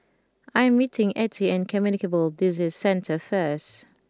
I am meeting Ettie at Communicable Disease Centre first